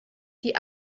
die